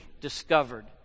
discovered